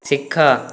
ଶିଖ